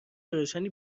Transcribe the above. روشنی